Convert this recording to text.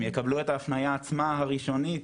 הם יקבלו את ההפניה עצמה הראשונית